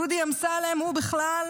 דודי אמסלם הוא בכלל,